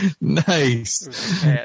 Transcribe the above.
Nice